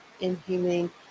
Inhumane